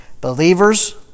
Believers